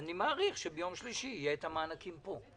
אני מעריך שביום שלישי יהיו המענקים פה.